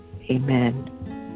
amen